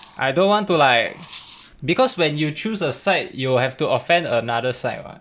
I don't want to like because when you choose a side you'll have to offend another side [what]